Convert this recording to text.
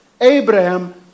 Abraham